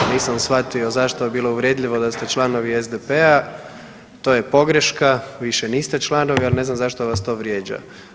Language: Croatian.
Nisam shvatio zašto bi bilo uvredljivo da ste članovi SDP-a, to je pogreška više niste članovi, ali ne znam zašto vas to vrijeđa.